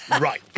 Right